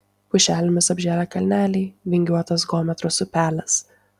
pušelėmis apžėlę kalneliai vingiuotas gomertos upelis